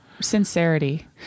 sincerity